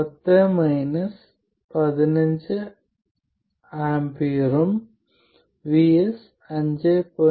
IS 10 15 A ഉം VS 5